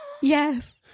yes